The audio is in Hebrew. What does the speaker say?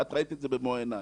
את ראית את זה במו עינייך.